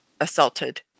assaulted